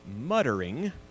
muttering